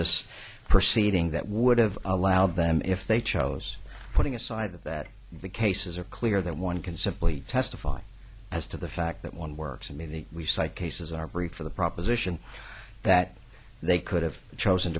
this proceeding that would have allowed them if they chose putting aside that the cases are clear that one can simply testify as to the fact that one works for me that we psychoses our brief for the proposition that they could have chosen